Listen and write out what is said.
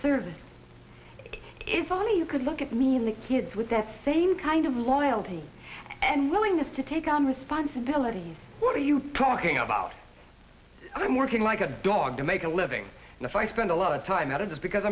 service if only you could look at me and the kids with that same kind of loyalty and willingness to take on responsibilities what are you talking about i'm working like a dog to make a living and if i spend a lot of time out of this because